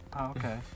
Okay